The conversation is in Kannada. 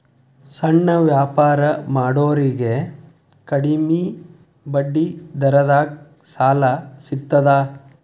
ಸಣ್ಣ ವ್ಯಾಪಾರ ಮಾಡೋರಿಗೆ ಕಡಿಮಿ ಬಡ್ಡಿ ದರದಾಗ್ ಸಾಲಾ ಸಿಗ್ತದಾ?